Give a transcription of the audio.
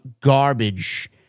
garbage